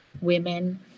women